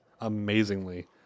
amazingly